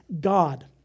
God